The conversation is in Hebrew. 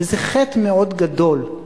וזה חטא מאוד גדול.